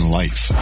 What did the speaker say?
life